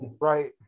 right